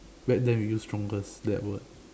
back then we use strongest that word